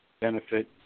benefit